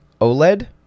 OLED